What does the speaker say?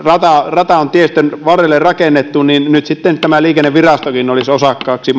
rata on tiestön varrelle rakennettu nyt sitten liikennevirastokin olisi osakkaaksi